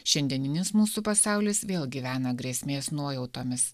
šiandieninis mūsų pasaulis vėl gyvena grėsmės nuojautomis